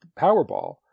Powerball